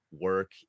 work